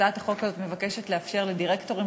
הצעת החוק הזאת מבקשת לאפשר לדירקטורים